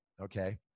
Okay